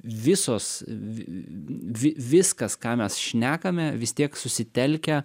visos vi viskas ką mes šnekame vis tiek susitelkę